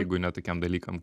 jeigu ne tokiem dalykam